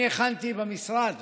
הכנתי במשרד